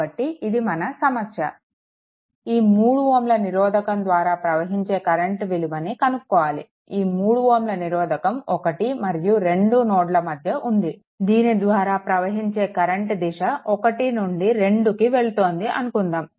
కాబట్టి ఇది మన సమస్య ఈ 3 Ω నిరోధకం ద్వారా ప్రవహించే కరెంట్ విలువను కనుక్కోవాలి ఈ 3Ω నిరోధకం 1 మరియు 2 నోడ్ల మధ్య ఉంది దీని ద్వారా ప్రవహించే కరెంట్ దిశ 1 నుండి 2కి వెళ్తోంది అనుకుందాము